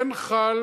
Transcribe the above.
כן חלה